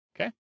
Okay